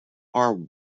are